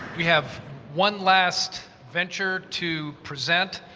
we have one last venture to present,